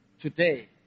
Today